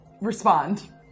respond